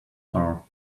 are